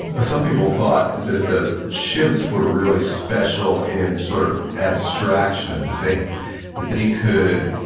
ah some people thought that the chimps were really special in sort of abstraction that they that they could,